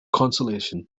consolation